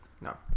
No